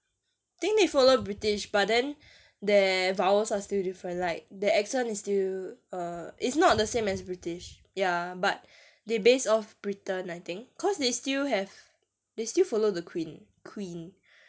think they follow british but then their vowels are still different like their accent is still err it's not the same as british ya but they base off britain I think cause they still have they still follow the queen queen